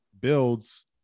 builds